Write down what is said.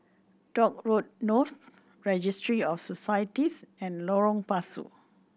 Dock Road North Registry of Societies and Lorong Pasu